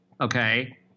Okay